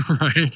Right